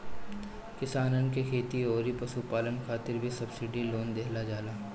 किसानन के खेती अउरी पशुपालन खातिर भी सब्सिडी लोन देहल जाला